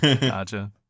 gotcha